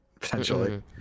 potentially